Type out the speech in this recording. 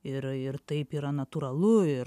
ir ir taip yra natūralu ir